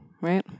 right